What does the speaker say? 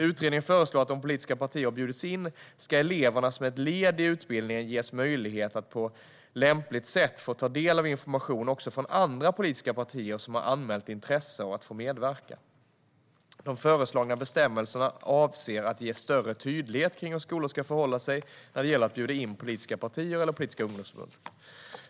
Utredningen föreslår att om politiska partier har bjudits in ska eleverna som ett led i utbildningen ges möjlighet att på lämpligt sätt få ta del av information också från andra politiska partier som har anmält intresse för att få medverka. De föreslagna bestämmelserna avser att ge större tydlighet om hur skolor ska förhålla sig när det gäller att bjuda in politiska partier eller politiska ungdomsförbund.